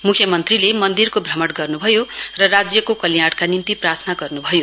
म्ख्यमन्त्रीले मन्दिरको भ्रमण गर्न्भयो र राज्यको कल्याणका निम्ति प्रार्थना गर्न्भयो